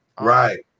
Right